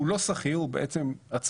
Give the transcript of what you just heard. הם בעצם לא שכירים, הם עצמאיים,